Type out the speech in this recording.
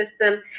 system